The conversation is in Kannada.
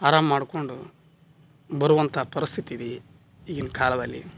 ಆರಾಮ ಮಾಡ್ಕೊಂಡು ಬರುವಂಥ ಪರಿಸ್ಥಿತಿ ಇದೆ ಈಗಿನ ಕಾಲದಲ್ಲಿ